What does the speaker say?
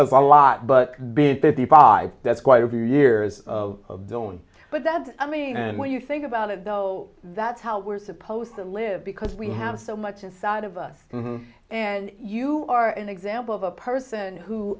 a lot but being fifty five that's quite a few years don't but that i mean when you think about it though that's how we're supposed to live because we have so much inside of us and you are an example of a person who